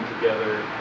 together